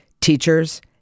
teachers